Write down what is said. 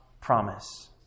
promise